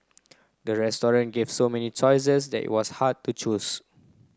the restaurant gave so many choices they was hard to choose